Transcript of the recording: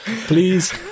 Please